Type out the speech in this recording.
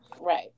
Right